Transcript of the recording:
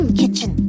kitchen